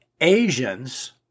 Asians